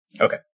Okay